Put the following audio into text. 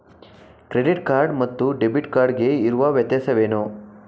Credit card ಮತ್ತು debit card ಗೆ ಇರುವ ವ್ಯತ್ಯಾಸವೇನು?